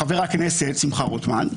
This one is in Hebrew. חבר הכנסת שמחה רוטמן,